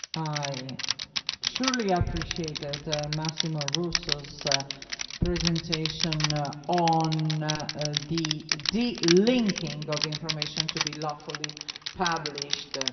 i surely appreciated massimo russo's presentation on ah the delinking of information to be lawfully published